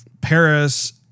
Paris